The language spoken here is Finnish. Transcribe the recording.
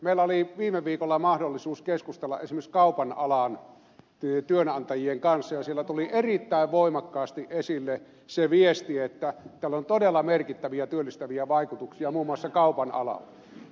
meillä oli viime viikolla mahdollisuus keskustella esimerkiksi kaupan alan työnantajien kanssa ja siellä tuli erittäin voimakkaasti esille se viesti että tällä on todella merkittäviä työllistäviä vaikutuksia muun muassa kaupan alalla